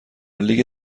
لیگ